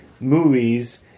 movies